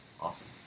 Awesome